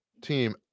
team